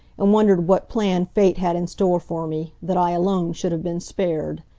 and wondered what plan fate had in store for me, that i alone should have been spared.